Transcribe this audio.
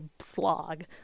slog